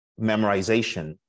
memorization